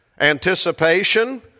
anticipation